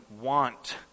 want